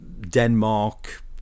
denmark